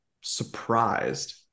surprised